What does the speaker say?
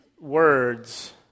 words